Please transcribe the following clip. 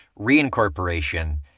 reincorporation